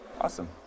Awesome